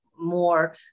more